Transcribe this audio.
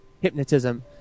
hypnotism